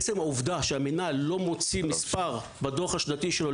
עצם העובדה שהמינהל לא מוציא מספר בדוח השנתי שלו,